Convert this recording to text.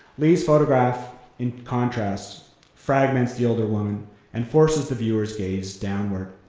lee's photograph in contrast fragments the older woman and forces the viewer's gaze downward.